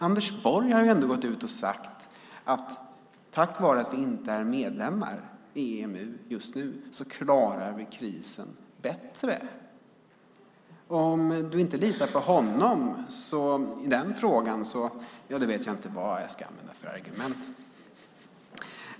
Anders Borg har ändå gått ut och sagt att tack vare att vi inte är medlemmar i EMU just nu klarar vi krisen bättre. Om Lars Elinderson inte litar på honom i den frågan vet jag inte vad jag ska använda för argument.